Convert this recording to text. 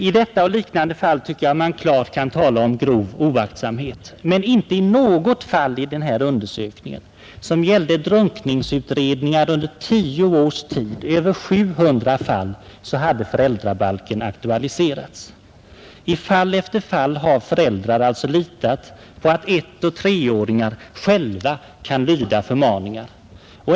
I detta och liknande fall tycker jag att man klart kan tala om grov oaktsamhet. Men inte i något fall i denna undersökning, som gällde drunkningsutredningar under tio års tid och berörde 700 fall, hade föräldrabalken aktualiserats. I fall efter fall har föräldrar litat på att 1—3-åringar själva kan lyda förmaningar.